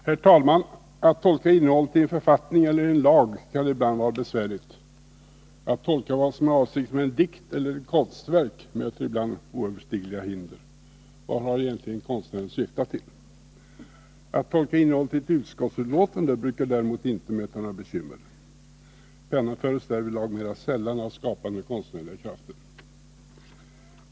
Herr talman! Att tolka innehållet i en författning eller i en lag kan ibland vara besvärligt. Att tolka vad som är avsikten med en dikt eller ett konstverk möter ibland oöverstigliga hinder. Vad har egentligen konstnären syftat till? Att tolka innehållet i ett utskottsutlåtande brukar däremot inte innebära några bekymmer. Pennan föres därvidlag mera sällan av skapande, konstnärliga krafter.